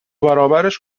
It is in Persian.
برابرش